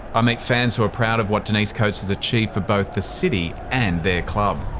i meet fans who are proud of what denise coates has achieved for both the city and their club.